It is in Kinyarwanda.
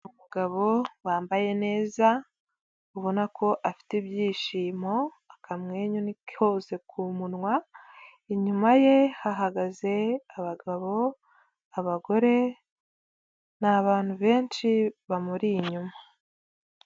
Umugabo wambaye neza ubona ko afite ibyishimo, akamwenyu ni kose ku munwa, inyuma ye hahagaze abagabo, abagore, ni abantu benshi bamuri inyuma.